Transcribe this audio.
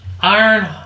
Iron